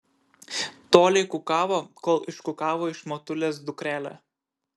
tolei kukavo kol iškukavo iš motulės dukrelę